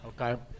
Okay